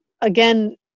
again